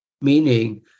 meaning